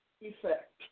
effect